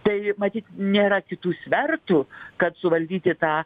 tai matyt nėra kitų svertų kad suvaldyti tą